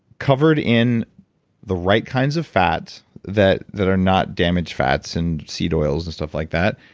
covered in the right kinds of fat that that are not damage fats and seed oils and stuff like that,